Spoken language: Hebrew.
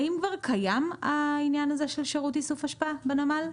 האם כבר קיים העניין הזה של שירות איסוף אשפה בנמל?